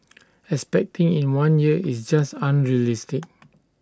expecting in one year is just unrealistic